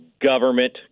government